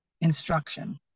instruction